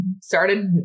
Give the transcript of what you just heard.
started